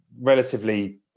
relatively